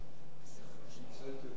נמשכת, אף-על-פי שנהגתי כיאות